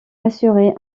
assurer